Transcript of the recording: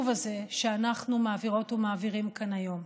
הזה שאנחנו מעבירות ומעבירים כאן היום.